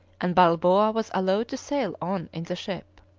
and balboa was allowed to sail on in the ship.